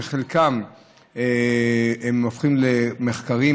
שחלקם הופכים למחקרים.